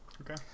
okay